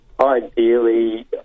Ideally